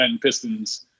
Pistons